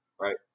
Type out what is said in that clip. right